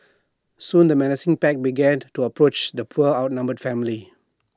soon the menacing pack began to approach the poor outnumbered family